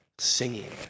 singing